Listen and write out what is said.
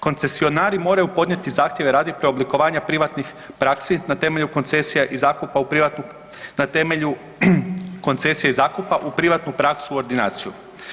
Koncesionari moraju podnijeti zahtjeve radi preoblikovanja privatnih praksi na temelju koncesija i zakupa, na temelju koncesija i zakupa u privatnu praksu ordinaciju.